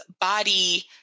body